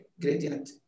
gradient